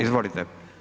Izvolite.